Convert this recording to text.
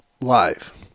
live